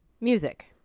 Music